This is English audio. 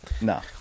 No